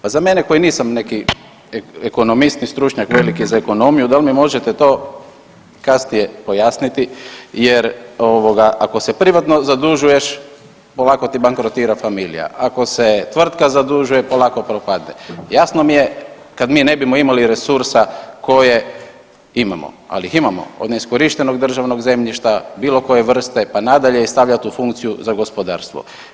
Pa za mene koji nisam neki ekonomist ni stručnjak za ekonomiju, da li mi možete to kasnije pojasniti jer ako se privatno zadužuješ ovako ti bankrotira familija, ako se tvrtka zadužuje polako propadne, jasno mi je kad mi ne bimo imali resursa koje imamo, ali ih imamo od neiskorištenog državnog zemljišta bilo koje vrste pa nadalje i stavljat u funkciju za gospodarstvo.